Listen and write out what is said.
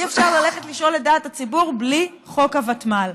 אי-אפשר ללכת לשאול את דעת הציבור בלי חוק הוותמ"ל.